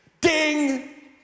Ding